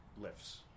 lifts